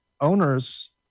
owners